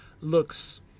looks